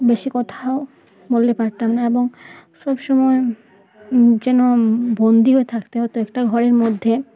বেশি কথাও বলতে পারতাম না এবং সবসময় যেন বন্দি হয়ে থাকতে হতো একটা ঘরের মধ্যে